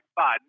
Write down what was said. fun